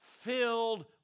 filled